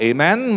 Amen